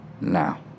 now